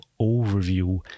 overview